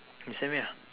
you send me ah